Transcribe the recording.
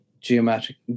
geometric